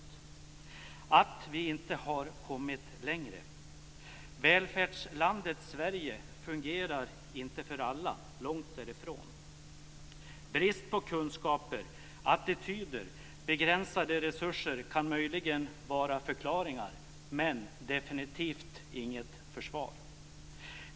Att vi inte har kommit längre! Välfärdslandet Sverige fungerar inte för alla, långt därifrån. Brist på kunskaper, attityder och begränsade resurser kan möjligen vara förklaringar men definitivt inget försvar.